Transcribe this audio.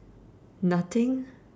nothing